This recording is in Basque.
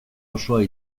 osoa